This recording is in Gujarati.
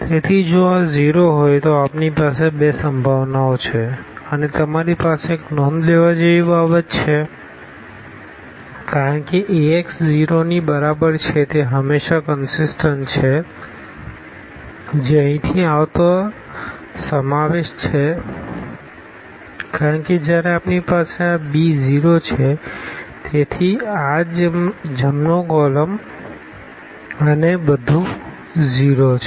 તેથી જો આ 0 હોય તો આપણી પાસે બે સંભાવનાઓ છે અને તમારી પાસે એક નોંધ લેવા જેવી બાબત છે કારણ કે Ax 0 ની બરાબર છે તે હંમેશાં કનસીસટન્ટ છે જે અહીંથી આવતા સમાવેશ છે કારણ કે જ્યારે આપણી પાસે આb 0 છે તેથી આ જમણો કોલમ અને બધું 0 છે